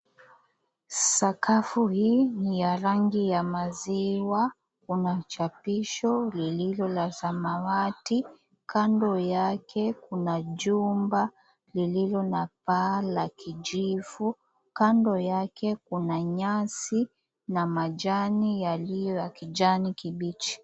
Sakafu hii ni ya rangi ya maziwa kuna chapisho lililo la samawati kando yake, kuna jumba lililo na paa la kijivu kando yake, kuna nyasi na majani yaliyo ya kijani kibichi.